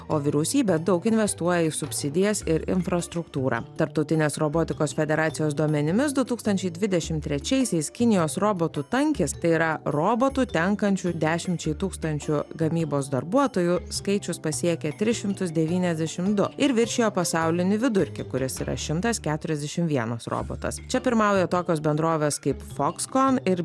o vyriausybė daug investuoja į subsidijas ir infrastruktūrą tarptautinės robotikos federacijos duomenimis du tūkstančiai dvidešimt trečiaisiais kinijos robotų tankis tai yra robotų tenkančių dešimčiai tūkstančių gamybos darbuotojų skaičius pasiekė tris šimtus devyniasdešimt du ir viršijo pasaulinį vidurkį kuris yra šimtas keturiasdešimt vienas robotas čia pirmauja tokios bendrovės kaip fokskon ir